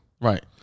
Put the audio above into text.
Right